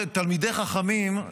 תלמידי חכמים,